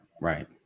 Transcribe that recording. right